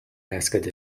asked